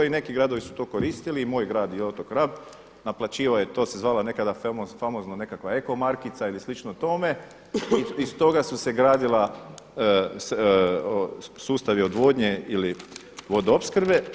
I neki gradovi su to koristili i moj grad i otok Rab naplaćivao je, to se zvala nekada famozno nekakva eko markica ili slično tome i iz toga su se gradili sustavi odvodnje ili vodoopskrbe.